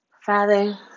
Father